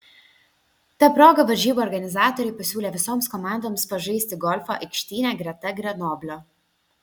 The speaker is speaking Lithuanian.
ta proga varžybų organizatoriai pasiūlė visoms komandoms pažaisti golfą aikštyne greta grenoblio